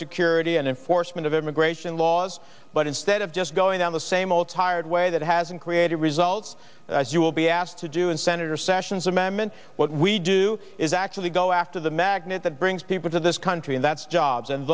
security and enforcement of immigration laws but instead of just going down the same old tired way that hasn't created results as you will be asked to do and senator sessions amendment what we do is actually go after the magnet that brings people to this country and that's jobs and